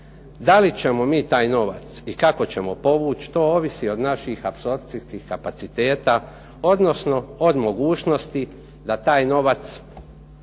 Da li ćemo mi taj novac i kako ćemo povući to ovisi od naših apsorpcijskih kapaciteta, odnosno od mogućnosti da taj novac